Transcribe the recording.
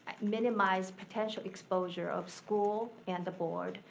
minimize potential exposure of school and the board,